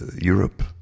Europe